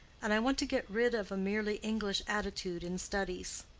and i want to get rid of a merely english attitude in studies.